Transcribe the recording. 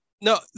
No